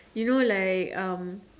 you know like um